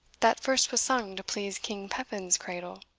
that first was sung to please king pepin's cradle